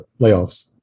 layoffs